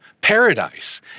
paradise